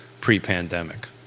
pre-pandemic